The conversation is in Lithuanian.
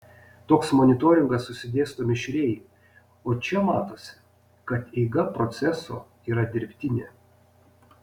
toks monitoringas susidėsto mišriai o čia matosi kad eiga proceso yra dirbtinė